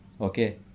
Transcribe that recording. Okay